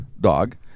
dog